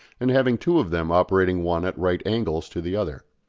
and having two of them operating one at right angles to the other.